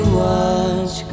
watch